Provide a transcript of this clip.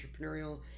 entrepreneurial